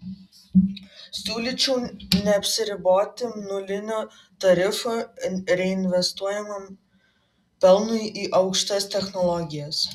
siūlyčiau neapsiriboti nuliniu tarifu reinvestuojamam pelnui į aukštas technologijas